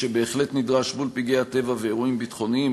מול פגעי הטבע ואירועים ביטחוניים,